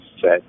set